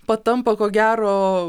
patampa ko gero